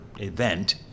event